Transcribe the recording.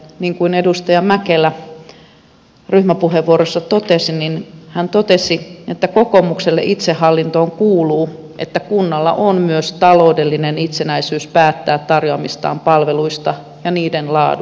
edustaja mäkelä ryhmäpuheenvuorossa totesi että kokoomukselle itsehallintoon kuuluu että kunnalla on myös taloudellinen itsenäisyys päättää tarjoamistaan palveluista ja niiden laadusta